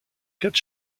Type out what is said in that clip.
quatre